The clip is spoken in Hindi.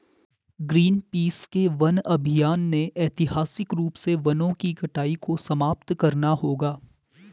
ग्रीनपीस के वन अभियान ने ऐतिहासिक रूप से वनों की कटाई को समाप्त करना होगा